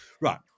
Right